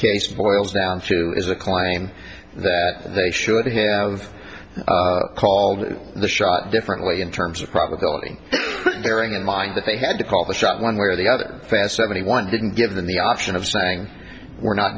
case boils down to is a claim that they should have called the shot differently in terms of probability bearing in mind that they had to call the shots one way or the other fast seventy one didn't give them the option of saying we're not